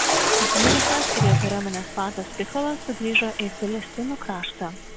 abimelechas ir jo kariuomenės vadas picholas sugrįžo į filistinų kraštą